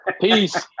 Peace